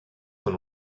son